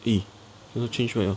eh cannot change back ah